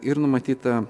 ir numatyta